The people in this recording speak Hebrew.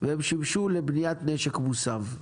והם שימשו לבניית נשק מוסב,